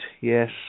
yes